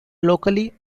locally